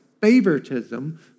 Favoritism